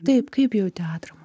taip kaip jauti atramą